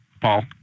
Paul